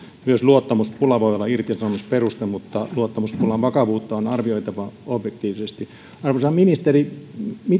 myös luottamuspula voi olla irtisanomisperuste mutta luottamuspulan vakavuutta on arvioitava objektiivisesti arvoisa ministeri